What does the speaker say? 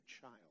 child